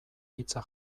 hitza